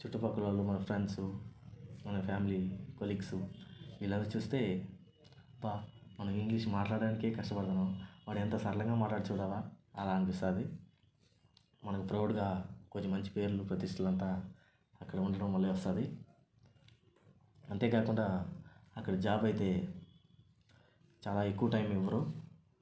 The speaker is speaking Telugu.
చుట్టుపక్కల వాళ్ళు మన ఫ్రెండ్స్ మన ఫ్యామిలీ కొలీగ్స్ వీళ్ళందరూ చూస్తే అబ్బా మనం ఇంగ్లీష్ మాట్లాడడానికి కష్టపడుతున్నాము వాడు ఎంత సరళంగా మాట్లాడుతున్నాడు చూడవా అలా అనిపిస్తుంది మనకు ప్రౌడ్గా మంచి పేరు ప్రతిష్టలు అంతా అక్కడ ఉండడం వల్లనే వస్తుంది అంతేకాకుండా అక్కడ జాబ్ అయితే చాలా ఎక్కువ టైం ఇవ్వరు